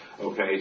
Okay